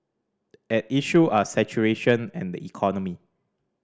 at issue are saturation and the economy